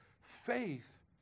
faith